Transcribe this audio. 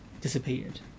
disappeared